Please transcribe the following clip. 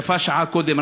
יפה שעה אחת קודם,